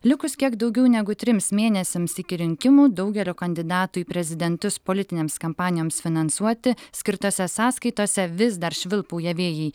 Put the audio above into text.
likus kiek daugiau negu trims mėnesiams iki rinkimų daugelio kandidatų į prezidentus politinėms kampanijoms finansuoti skirtose sąskaitose vis dar švilpauja vėjai